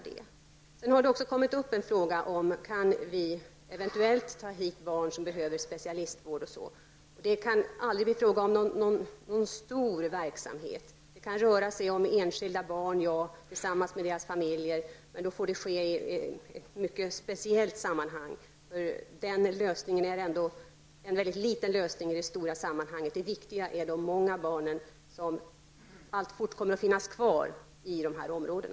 Det har kommit upp en fråga om vi eventuellt kan ta hit barn som behöver specialistvård. Det kan emellertid aldrig bli fråga om någon stor omfattning. Det kan röra sig om enskilda barn tillsammans med deras familjer i mycket speciella fall. Den lösningen utgör en mycket liten del i det stora sammanhanget. Det viktiga är att hjälpa de många barn som alltfort kommer att finnas kvar i dessa områden.